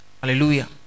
Hallelujah